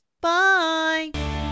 Bye